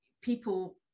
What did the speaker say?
people